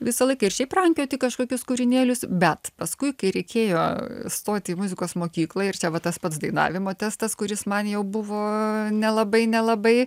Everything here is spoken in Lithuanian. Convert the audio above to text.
visą laiką ir šiaip rankioti kažkokius kūrinėlius bet paskui kai reikėjo stoti į muzikos mokyklą ir čia va tas pats dainavimo testas kuris man jau buvo nelabai nelabai